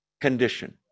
condition